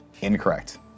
Incorrect